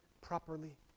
properly